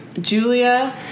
Julia